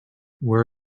where